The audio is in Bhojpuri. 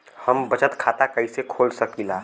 हम बचत खाता कईसे खोल सकिला?